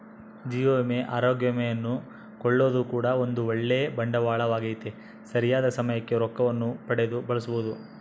ಜೀವ ವಿಮೆ, ಅರೋಗ್ಯ ವಿಮೆಯನ್ನು ಕೊಳ್ಳೊದು ಕೂಡ ಒಂದು ಓಳ್ಳೆ ಬಂಡವಾಳವಾಗೆತೆ, ಸರಿಯಾದ ಸಮಯಕ್ಕೆ ರೊಕ್ಕವನ್ನು ಪಡೆದು ಬಳಸಬೊದು